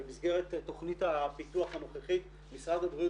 במסגרת תכנית הפיתוח הנוכחית משרד הבריאות